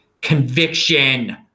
conviction